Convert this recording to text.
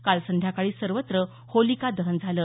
काल संध्याकाळी सर्वत्र होलिका दहन झालं